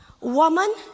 woman